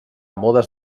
modes